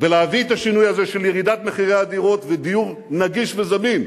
ולהביא את השינוי הזה של ירידת מחירי הדירות ודיור נגיש וזמין.